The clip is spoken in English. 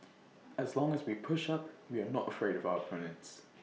as long as we push up we are not afraid of our opponents